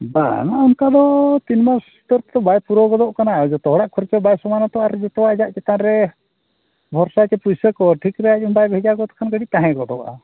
ᱵᱟᱝᱟ ᱚᱱᱠᱟ ᱫᱚ ᱛᱤᱱ ᱢᱟᱥ ᱩᱛᱟᱹᱨ ᱛᱮᱫᱚ ᱵᱟᱭ ᱯᱩᱨᱟᱹᱣ ᱜᱚᱫᱚᱜ ᱠᱟᱱᱟ ᱡᱚᱛᱚ ᱦᱚᱲᱟᱜ ᱠᱷᱚᱨᱪᱟ ᱵᱟᱭ ᱥᱚᱢᱟᱱᱟ ᱛᱚ ᱟᱨ ᱡᱚᱛᱚ ᱟᱡᱟᱜ ᱪᱮᱛᱟᱱ ᱨᱮ ᱵᱷᱚᱨᱥᱟ ᱪᱮᱫ ᱯᱩᱭᱥᱟᱹ ᱠᱚ ᱴᱷᱤᱠ ᱨᱮᱭᱟᱜ ᱵᱟᱭ ᱵᱷᱮᱡᱟ ᱜᱚᱫ ᱠᱷᱟᱱ ᱠᱟᱹᱴᱤᱡ ᱛᱟᱦᱮᱸ ᱜᱚᱫᱚᱜᱼᱟ